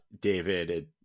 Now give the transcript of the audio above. David